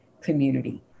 community